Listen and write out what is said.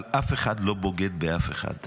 אבל אף אחד לא בוגד באף אחד.